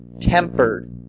tempered